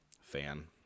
fan